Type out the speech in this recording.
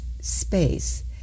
space